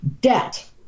Debt